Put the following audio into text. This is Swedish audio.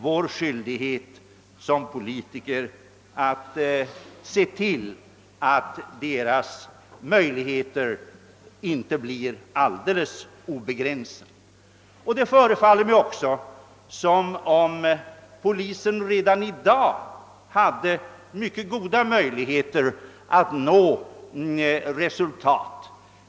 Vår skyldigdet som politiker är som nämnts att se till att polisens möjligheter inte blir alldeles obegränsade. Det förefaller mig också som om polisen redan i dag har mycket goda möjligheter att nå resultat.